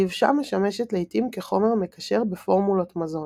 הדבשה משמשת לעיתים כחומר מקשר בפורמולות מזון.